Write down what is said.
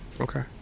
Okay